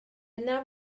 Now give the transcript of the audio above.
yna